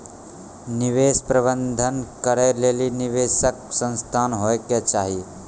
निवेश प्रबंधन करै लेली निवेशक संस्थान होय के चाहि